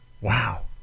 Wow